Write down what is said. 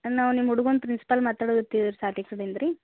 ನಾವು ನಿಮ್ಮ ಹುಡ್ಗನ ಪ್ರಿನ್ಸಿಪಾಲ್ ಮಾತಾಡಹತ್ತಿವಿ ರೀ ಸಾಲೆ ಕಡೆಯಿಂದ ರೀ